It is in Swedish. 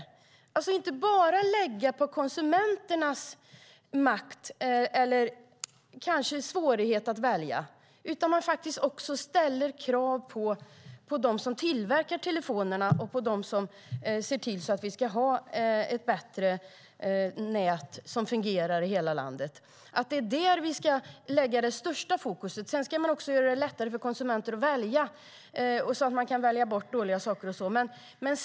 Vi ska alltså inte bara lägga det på konsumenterna och deras makt eller svårighet att välja, utan vi ska ställa krav på dem som tillverkar telefonerna och på dem som ska se till att vi får ett bättre nät som fungerar i hela landet. Det är där vi ska lägga störst fokus. Sedan ska man också göra det lättare för konsumenterna att välja, så att de kan välja bort dåliga saker och så vidare.